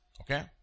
Okay